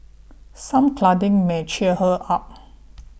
some cuddling may cheer her up